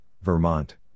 Vermont